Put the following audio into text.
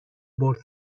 بٌرد